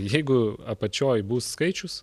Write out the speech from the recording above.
jeigu apačioj bus skaičius